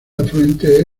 afluente